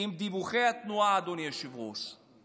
עם דיווחי התנועה, אדוני היושב-ראש?